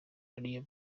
ariyo